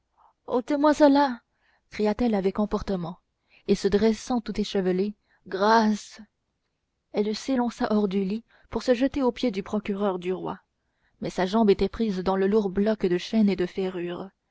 ôtez-moi cela cria-t-elle avec emportement et se dressant tout échevelée grâce elle s'élança hors du lit pour se jeter aux pieds du procureur du roi mais sa jambe était prise dans le lourd bloc de chêne et de ferrures